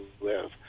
live